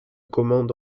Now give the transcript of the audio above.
commande